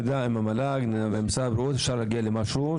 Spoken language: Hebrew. עם המל"ג ועם משרד הבריאות אפשר להגיע למשהו.